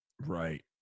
Right